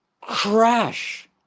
CRASH